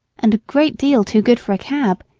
and a great deal too good for a cab,